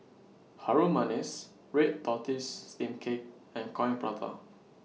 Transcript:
Harum Manis Red Tortoise Steamed Cake and Coin Prata